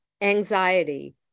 anxiety